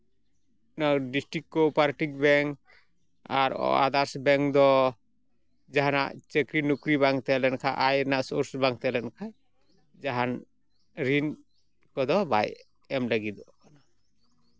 ᱚᱱᱟ district cooperative bank ᱟᱨ Adarsh bank ᱫᱚ ᱡᱟᱦᱟᱸᱱᱟᱜ ᱪᱟᱠᱨᱤᱼᱱᱩᱠᱨᱤ ᱵᱟᱝ ᱛᱮᱦᱮᱸ ᱞᱮᱱᱠᱷᱟᱡ ᱟᱭ ᱨᱮᱱᱟᱜ ᱥᱳᱨᱥ ᱵᱟᱝ ᱛᱮᱦᱮᱸ ᱞᱮᱱᱠᱷᱟᱡ ᱡᱟᱦᱟᱱ ᱨᱤᱱ ᱠᱚᱫᱚ ᱵᱟᱭ ᱮᱢ ᱞᱟᱹᱜᱤᱫᱚᱜᱼᱟ